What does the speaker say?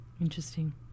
Interesting